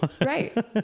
Right